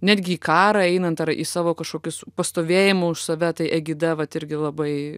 netgi į karą einant ar į savo kažkokius pastovėjimą už save tai egida vat irgi labai